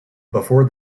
before